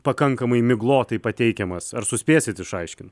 pakankamai miglotai pateikiamas ar suspėsit išaiškint